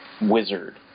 Wizard